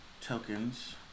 tokens